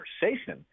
conversation